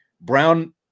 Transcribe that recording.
Brown